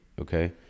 Okay